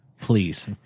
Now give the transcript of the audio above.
Please